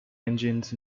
engines